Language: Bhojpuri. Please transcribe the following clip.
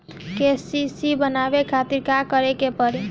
के.सी.सी बनवावे खातिर का करे के पड़ी?